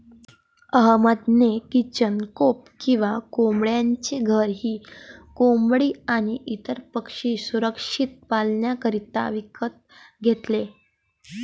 अहमद ने chicken coop किंवा कोंबड्यांचे घर ही कोंबडी आणी इतर पक्षी सुरक्षित पाल्ण्याकरिता विकत घेतले